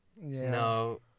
No